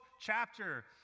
chapter